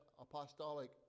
apostolic